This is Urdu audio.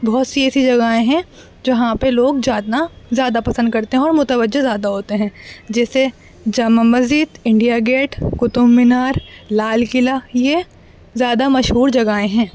بہت سی ایسی جگہیں ہیں جہاں پہ لوگ جاتنا زیادہ پسند کرتے ہیں اور متوجہ زیادہ ہوتے ہیں جیسے جامع مسجد انڈیا گیٹ قطب مینار لال قلعہ یہ زیادہ مشہور جگہیں ہیں